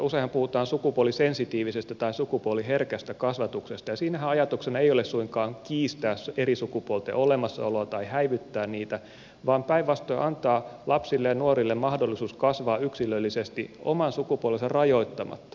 useinhan puhutaan sukupuolisensitiivisestä tai sukupuoliherkästä kasvatuksesta ja siinähän ajatuksena ei ole suinkaan kiistää eri sukupuolten olemassaoloa tai häivyttää niitä vaan päinvastoin antaa lapsille ja nuorille mahdollisuus kasvaa yksilöllisesti oman sukupuolensa rajoittamatta